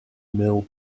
mill